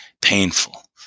painful